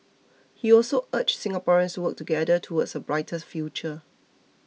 he also urged Singaporeans to work together towards a brighter future